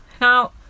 now